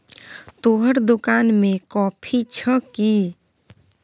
तोहर दोकान मे कॉफी छह कि?